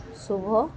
ଶୁଭ